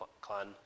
clan